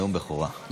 נאום בכורה.